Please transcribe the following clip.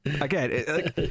Again